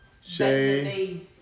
Shay